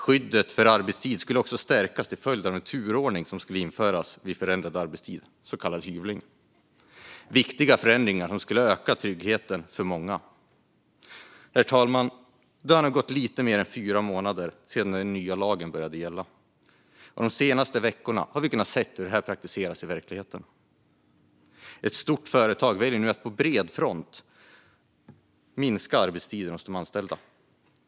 Skyddet för arbetstiden skulle också stärkas till följd av att turordning skulle införas vid förändrad arbetstid, så kallad hyvling. Det var viktiga förändringar som skulle öka tryggheten för många. Herr talman! Det har nu gått lite mer än fyra månader sedan den nya lagen började gälla, och de senaste veckorna har vi kunnat se hur det här praktiseras i verkligheten. Ett stort företag väljer nu att på bred front minska arbetstiden för de anställda.